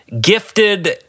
gifted